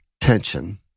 tension